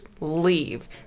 leave